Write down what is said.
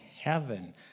heaven